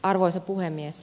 arvoisa puhemies